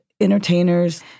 entertainers